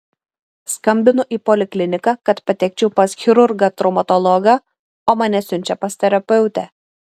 skambinu į polikliniką kad patekčiau pas chirurgą traumatologą o mane siunčia pas terapeutę